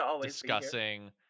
discussing